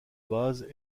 base